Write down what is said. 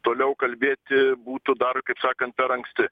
toliau kalbėti būtų dar kaip sakant per anksti